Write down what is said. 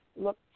look